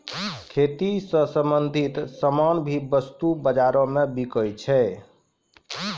खेती स संबंछित सामान भी वस्तु बाजारो म बिकै छै